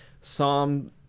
Psalm